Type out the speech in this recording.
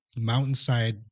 mountainside